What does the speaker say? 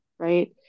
right